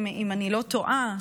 אם אני לא טועה,